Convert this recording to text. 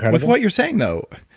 with what you're saying though.